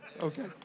Okay